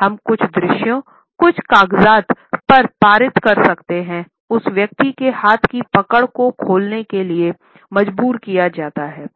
हम कुछ दृश्यों कुछ कागज़ात पर पारित कर सकते हैं उस व्यक्ति के हाथ की पकड़ को खोलने के लिए मजबूर किया जाता है